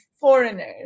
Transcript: foreigners